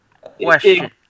Question